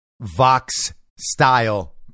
Vox-style